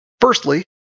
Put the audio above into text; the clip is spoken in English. Firstly